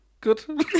Good